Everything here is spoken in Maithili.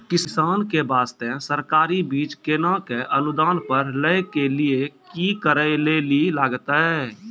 किसान के बास्ते सरकारी बीज केना कऽ अनुदान पर लै के लिए की करै लेली लागतै?